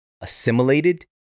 assimilated